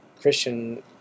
Christian